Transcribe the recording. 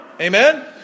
Amen